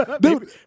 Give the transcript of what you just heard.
dude